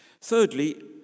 Thirdly